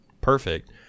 perfect